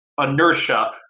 inertia